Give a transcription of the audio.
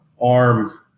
arm